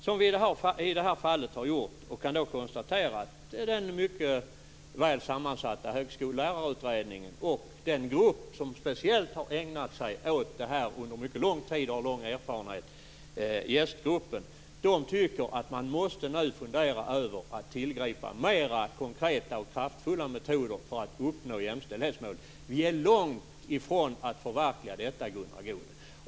Det har vi gjort i det här fallet, och vi kan konstatera att den mycket väl sammansatta Högskollärarutredningen och den grupp som under mycket lång tid speciellt har ägnat sig åt den här frågan och alltså har mycket lång erfarenhet, JÄST gruppen, menar att man nu måste fundera över att tillgripa mer konkreta och kraftfulla metoder för att uppnå jämställdhetsmålen. De målen är långt ifrån förverkligade, Gunnar Goude.